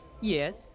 Yes